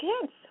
kids